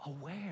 aware